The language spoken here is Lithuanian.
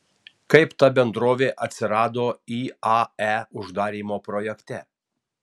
kaip ta bendrovė atsirado iae uždarymo projekte